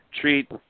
Treat